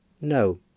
No